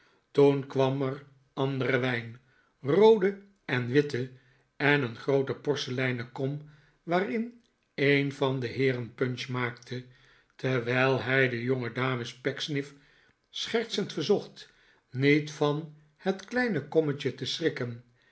toen kwam er andere wijn roode en witte en een groote porseleinen kom waarin een van de heeren punch maakte terwijl hij de jongedames pecksniff schertsend verzocht niet van het kleine kommetje te schrikken